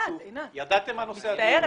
ידעתם על הנושא הזה.